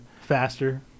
faster